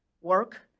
work